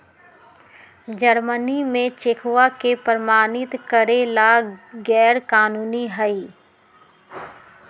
Germany में चेकवा के प्रमाणित करे ला गैर कानूनी हई